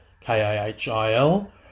K-A-H-I-L